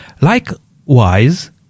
likewise